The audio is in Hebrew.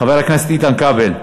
חבר הכנסת איתן כבל.